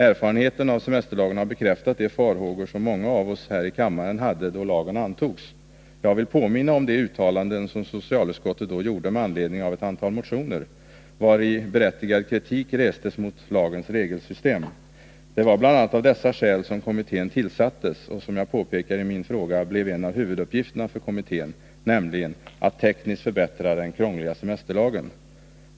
Erfarenheten av semesterlagen har bekräftat de farhågor som många av oss här i kammaren hade då lagen antogs. Jag vill påminna om de uttalanden som socialutskottet då gjorde med anledning av ett antal motioner, vari berättigad kritik restes mot lagens regelsystem. Det var bl.a. av dessa skäl som kommittén tillsattes, och som jag påpekar i min fråga blev en av huvuduppgifterna för kommittén att tekniskt förbättra den krångliga semesterlagen.